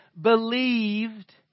believed